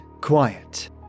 quiet